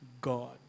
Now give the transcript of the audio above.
God